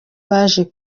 baje